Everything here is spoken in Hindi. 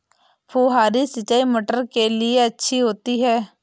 फुहारी सिंचाई मटर के लिए अच्छी होती है?